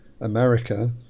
america